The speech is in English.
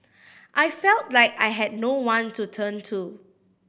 I felt like I had no one to turn to